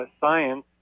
science